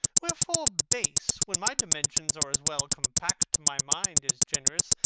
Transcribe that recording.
wherefore base? when my dimensions are as well compact, my mind as generous,